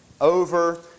over